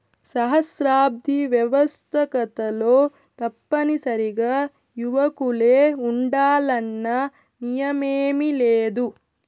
సహస్రాబ్ది వ్యవస్తాకతలో తప్పనిసరిగా యువకులే ఉండాలన్న నియమేమీలేదు